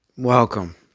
welcome